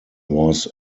was